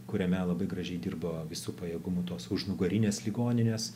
kuriame labai gražiai dirbo visu pajėgumu tos užnugarinės ligoninės